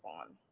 on